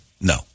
no